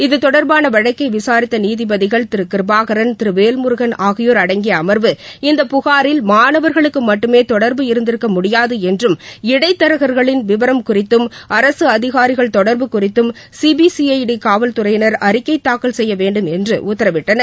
இதுதொடர்பான வழக்கை விசாரித்த நீதிபதிகள் திருகிருபாகரன் திரு வேல்முருகன் ஆகியோர் அடங்கிய அமர்வு இந்த புகாரில் மாணவர்களுக்கு மட்டுமே தொடர்பு இருந்திருக்க முடியாது என்றும் இடைத் தரகர்களின் விவரம் குறித்தும் அரசு அதிகாரிகள் தொடர்பு குறித்தும் சிபிசிஐடி காவல்துறையினர் அறிக்கை தாக்கல் செய்ய வேண்டும் என்றும் உத்தரவிட்டனர்